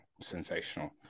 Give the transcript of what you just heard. sensational